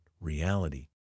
reality